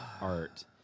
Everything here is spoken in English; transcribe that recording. art